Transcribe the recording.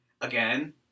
Again